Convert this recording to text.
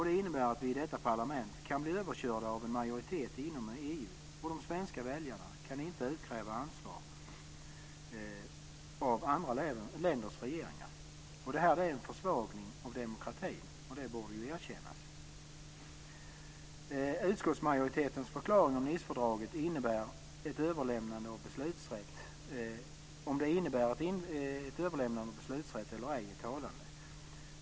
Det innebär att vi i detta parlament kan bli överkörda av en majoritet inom EU - och de svenska väljarna kan inte utkräva ansvar av andra länders regeringar. Det här är en försvagning av demokratin, och det borde erkännas. Utskottsmajoritetens förklaring av huruvida Nicefördraget innebär ett överlämnande av beslutsrätt eller ej är talande.